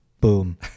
Boom